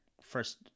first –